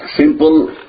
simple